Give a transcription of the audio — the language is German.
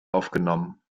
aufgenommen